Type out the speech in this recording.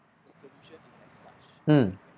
um